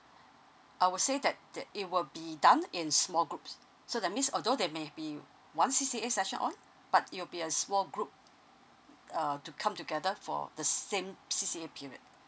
I would say that that it will be done in small groups so that means although there maybe one C_C_A session on but it'll be a small group uh to come together for the same C_C_A period